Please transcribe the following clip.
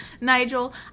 Nigel